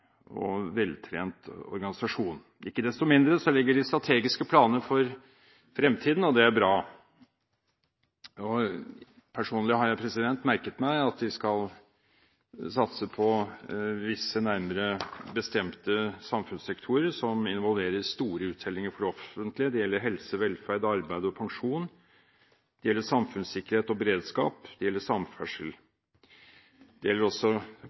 og veltrent organisasjon. Ikke desto mindre legger den strategiske planer for fremtiden, og det er bra. Personlig har jeg merket meg at den skal satse på nærmere bestemte samfunnssektorer som involverer store uttellinger for det offentlige. Det gjelder helse, velferd, arbeid og pensjon, det gjelder samfunnssikkerhet og beredskap, det gjelder samferdsel, og det gjelder også